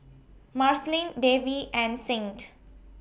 Marceline Davy and Saint